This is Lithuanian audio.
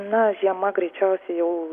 na žiema greičiausiai jau